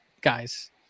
guys